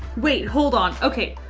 wait, hold on. okay,